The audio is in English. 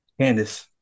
Candice